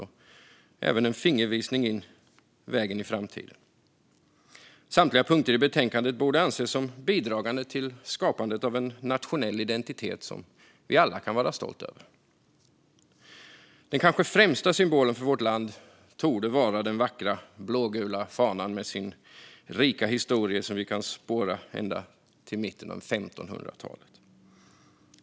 Det är även en fingervisning på vägen in i framtiden. Samtliga punkter i betänkandet borde anses som bidragande till skapandet av en nationell identitet som vi alla kan vara stolta över. Den kanske främsta symbolen för vårt land torde vara den vackra blågula fanan med sin rika historia som vi kan spåra ända till mitten av 1500-talet.